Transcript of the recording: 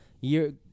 year